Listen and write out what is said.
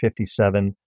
57